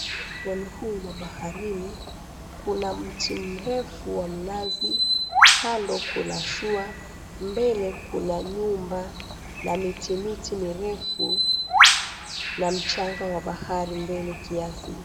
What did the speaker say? Ufuoni huu mwa baharini kuna mti mrefu wa mnazi, kando kuna shua, mbele kuna nyumba na miti miti mirefu na mchanga wa bahari mbele kiasi.